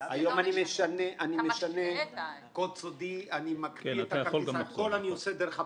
אני משנה קוד סודי, הכול אני עושה דרך הפלאפון,